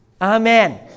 Amen